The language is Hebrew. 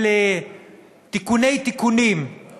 על תיקוני-תיקונים,